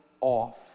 off